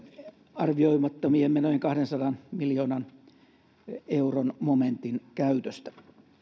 arvioimattomien menojen kahdensadan miljoonan euron momentin käytöstä